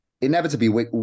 Inevitably